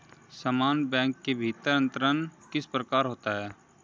समान बैंक के भीतर अंतरण किस प्रकार का होता है?